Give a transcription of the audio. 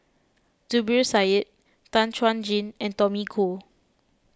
Zubir Said Tan Chuan Jin and Tommy Koh